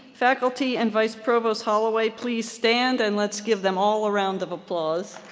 faculty and vice provost holloway please stand and let's give them all a round of applause.